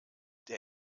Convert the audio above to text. der